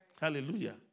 hallelujah